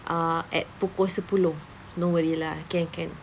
err at pukul sepuluh no worry lah can can